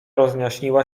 rozjaśniła